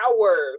hours